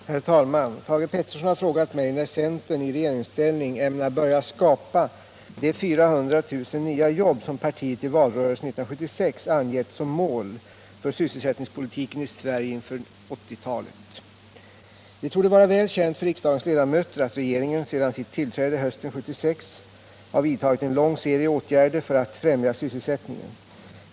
180, och anförde: Herr talman! Thage Peterson har frågat mig när centern i regerings — Om infriande av ställning ämnar börja skapa de 400 000 nya jobb som partiet i valrörelsen = vallöfte om 400 000 1976 angett som mål för sysselsättningspolitiken i Sverige inför 1980-talet. — nya jobb Det torde vara väl känt för riksdagens ledamöter att regeringen sedan sitt tillträde hösten 1976 har vidtagit en lång serie åtgärder för att främja sysselsättningen.